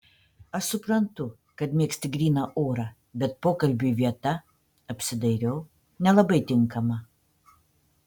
aš suprantu kad mėgsti gryną orą bet pokalbiui vieta apsidairiau nelabai tinkama